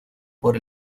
por